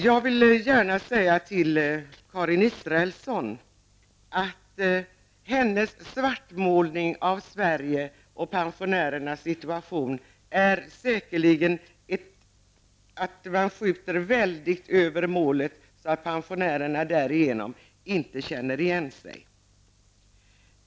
Jag vill säga att Karin Israelssons svartmålning av Sverige och av pensionärernas situation verkligen är att skjuta över målet. Därigenom känner pensionärerna inte igen sig.